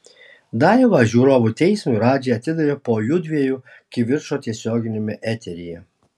daivą žiūrovų teismui radži atidavė po jųdviejų kivirčo tiesioginiame eteryje